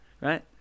right